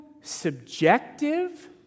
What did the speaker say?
subjective